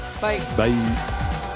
Bye